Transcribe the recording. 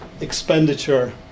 expenditure